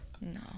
No